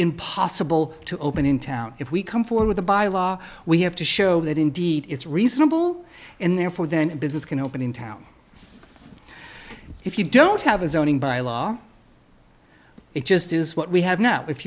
impossible to open in town if we come forward with a by law we have to show that indeed it's reasonable and therefore then business can open in town if you don't have a zoning by law it just is what we have now if